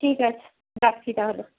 ঠিক আছে রাখছি তাহলে